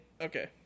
okay